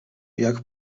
jak